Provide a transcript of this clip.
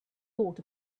thought